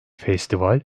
festival